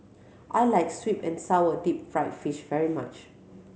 I like sweet and sour deep fried fish very much